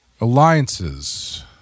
Alliances